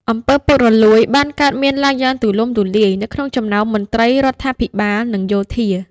អំពើពុករលួយបានកើតមានឡើងយ៉ាងទូលំទូលាយនៅក្នុងចំណោមមន្ត្រីរដ្ឋាភិបាលនិងយោធា។